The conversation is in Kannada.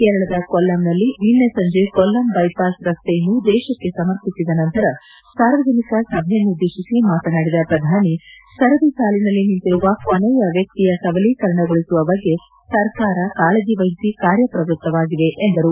ಕೇರಳದ ಕೊಲ್ಲಂನಲ್ಲಿ ನಿನ್ನೆ ಸಂಜೆ ಕೊಲ್ಲಂ ಬೈಪಾಸ್ ರಸ್ತೆಯನ್ನು ದೇಶಕ್ಕೆ ಸಮರ್ಪಿಸಿದ ನಂತರ ಸಾರ್ವಜನಿಕ ಸಭೆಯನ್ನುದ್ದೇಶಿಸಿ ಮಾತನಾಡಿದ ಪ್ರಧಾನಿ ಸರದಿ ಸಾಲಿನಲ್ಲಿ ನಿಂತಿರುವ ಕೊನೆಯ ವ್ಯಕ್ತಿಯ ಸಬಲೀಕರಣಗೊಳಿಸುವ ಬಗ್ಗೆ ಸರ್ಕಾರ ಕಾಳಜಿವಹಿಸಿ ಕಾರ್ಯಪ್ರವ್ಯಕ್ತವಾಗಿದೆ ಎಂದರು